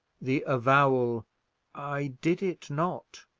the avowal i did it not.